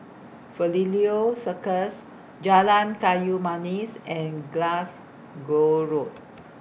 Circus Jalan Kayu Manis and Glasgow Road